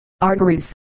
arteries